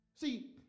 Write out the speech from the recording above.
See